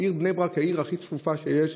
העיר בני ברק היא העיר הכי צפופה שיש.